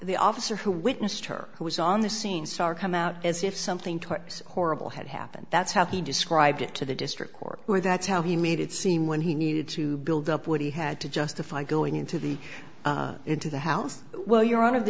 the officer who witnessed her who was on the scene sar come out as if something towards horrible had happened that's how he described it to the district court where that's how he made it seem when he needed to build up what he had to justify going into the into the house while you're o